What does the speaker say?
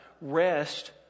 rest